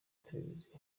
television